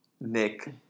Nick